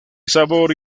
sabor